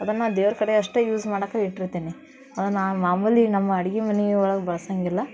ಅದನ್ನು ದೇವ್ರ ಕಡೆ ಅಷ್ಟೇ ಯೂಸ್ ಮಾಡಕ್ಕೆ ಇಟ್ಟಿರ್ತೀನಿ ಅದನ್ನು ಮಾಮೂಲಿ ನಮ್ಮ ಅಡ್ಗೆ ಮನೆಯೊಳಗ್ ಬಳ್ಸೋಂಗಿಲ್ಲ